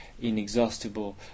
inexhaustible